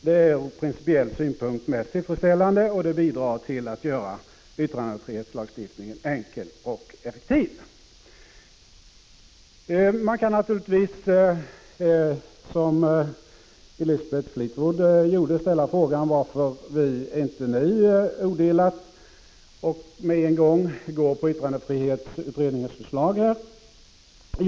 Det är ur principiell synpunkt det mest tillfredsställande och bidrar till att göra yttrandefrihetslagstiftningen enkel och effektiv. Man kan naturligtvis, som Elisabeth Fleetwood gjorde, ställa frågan varför — Prot. 1985/86:48 vi inte nu odelat och med en gång ställer oss bakom yttrandefrihetsutredning — 10 december 1985 ens förslag.